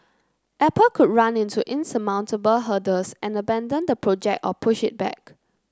Apple could run into insurmountable hurdles and abandon the project or push it back